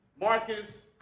Marcus